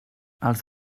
els